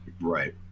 right